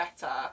better